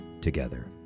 together